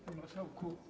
Panie Marszałku!